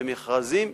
במכרזים,